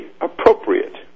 appropriate